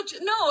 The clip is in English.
no